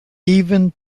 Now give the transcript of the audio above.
even